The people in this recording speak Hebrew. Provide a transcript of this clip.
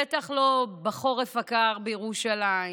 בטח לא בחורף הקר בירושלים,